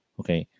okay